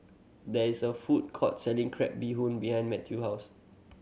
there is a food court selling crab bee hoon behind Mathew house